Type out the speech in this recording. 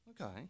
Okay